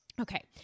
Okay